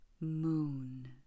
moon